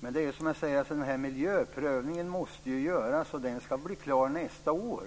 men miljöprövningen måste göras, och den blir klar någon gång nästa år.